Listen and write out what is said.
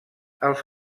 als